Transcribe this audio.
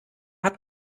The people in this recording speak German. hat